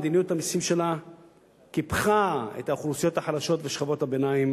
מדיניות המסים שלה קיפחה את האוכלוסיות החלשות ושכבות הביניים